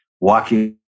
walking